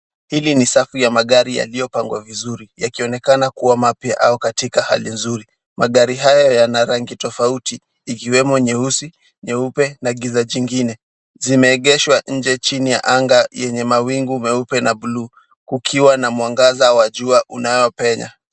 Hili ni safu ya magari yaliyopangwa vizuri yakionekana kuwa mapya au hali nzuri. Nagari haya yana rangi tofauti ikiwemo nyeusi, nyeupe na giza jingine. Zimeegeshwa njechini ya anga yenye mawingu meupe na buluu, kukiwa na mwangaza wa jua unaopenya.